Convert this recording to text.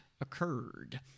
occurred